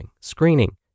screening